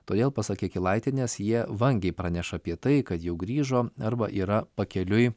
todėl pasak jakilaitienės jie vangiai praneša apie tai kad jau grįžo arba yra pakeliui